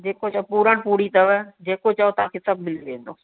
जेको चव पूर्ण पूड़ी अथव जेको चओ तव्हां खे सभु मिली वेंदो